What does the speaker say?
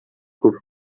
could